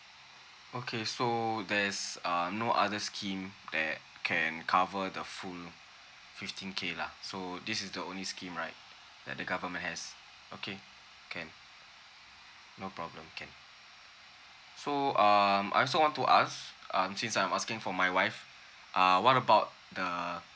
okay so there's uh no other scheme that can cover the full fifteen K lah so this is the only scheme right that the government has okay can no problem can so um I also want to ask um since I'm asking for my wife uh what about the